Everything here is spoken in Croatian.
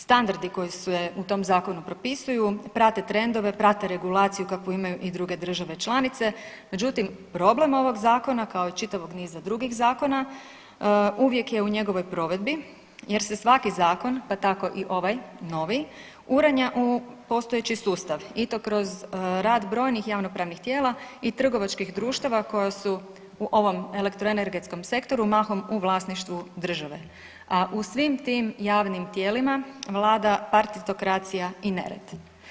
Standardi koji se u tom zakonu propisuju prate trendove, prate regulaciju kakvu imaju i druge države članice, međutim problem ovog zakona kao i čitavog niza drugih zakona uvijek je u njegovoj provedbi jer se svaki zakon, pa tako i ovaj novi, uranja u postojeći sustav i to kroz rad brojnih javnopravnih tijela i trgovačkih društava koja su u ovom elektroenergetskom sektoru mahom u vlasništvu države, a u svim tim javnim tijelima vlada partitokracija i nered.